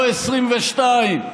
לא 2022,